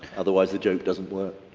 otherwise the joke doesn't work.